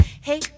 Hey